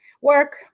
Work